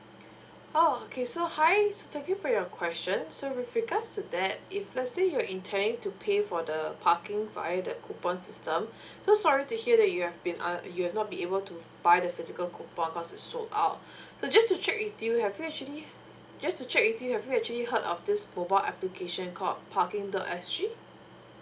oh okay so hi so thank you for your question so with regards to that if let's say you're intending to pay for the parking provided coupon system so sorry to hear that you have been uh you will not be able to buy the physical coupon cause it's sold out so just to check with you have you actually just to check with you have you actually heard of this mobile application called parking dot s g